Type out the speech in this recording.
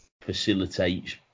facilitates